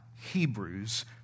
Hebrews